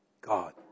God